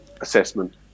assessment